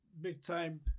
big-time